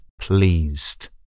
pleased